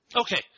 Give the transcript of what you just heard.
Okay